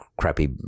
crappy